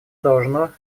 должно